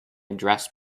address